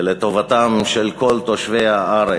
ולטובתם של כל תושבי הארץ,